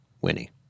Winnie